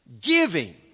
Giving